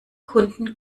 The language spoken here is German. kunden